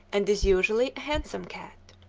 and is usually a handsome cat.